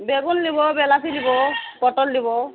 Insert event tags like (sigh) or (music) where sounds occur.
বেগুন লিবো (unintelligible) লিবো পটল লিবো